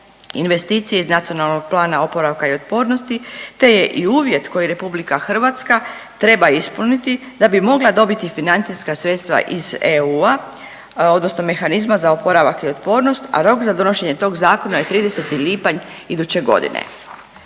investicije iz NPOO-a, te je i uvjet koji RH treba ispuniti da bi mogla dobiti financijska sredstva iz EU-a odnosno Mehanizma za oporavak i otpornost, a rok za donošenje tog zakona je 30. lipanj iduće godine.